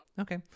Okay